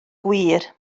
gwir